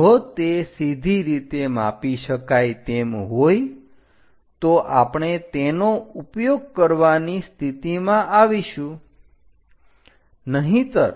જો તે સીધી રીતે માપી શકાય તેમ હોય તો આપણે તેનો ઉપયોગ કરવાની સ્થિતિમાં આવીશું નહીંતર